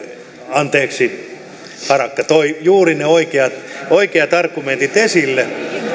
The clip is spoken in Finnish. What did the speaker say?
anteeksi harakka toi juuri ne oikeat oikeat argumentit esille